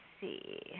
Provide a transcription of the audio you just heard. see